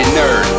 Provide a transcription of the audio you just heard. nerd